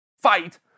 fight